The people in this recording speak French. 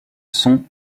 son